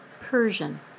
Persian